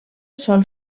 sol